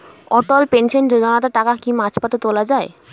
অটল pension যোজনাতে টাকা কি মাঝপথে তোলা যায়?